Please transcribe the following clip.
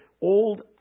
old